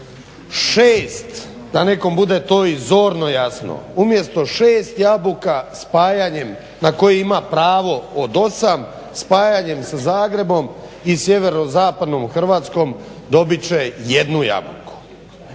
6 da nekom bude to i zorno jasno, umjesto 6 jabuka spajanjem na koje ima pravo od 8, spajanjem sa Zagrebom i sjeverozapadnom Hrvatskom dobit će 1 jabuku.